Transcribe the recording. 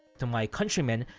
to my countrymen,